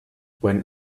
when